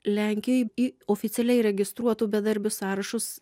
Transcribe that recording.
lenkijoj į oficialiai registruotų bedarbių sąrašus